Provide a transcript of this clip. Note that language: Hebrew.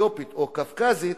אתיופית או קווקזית,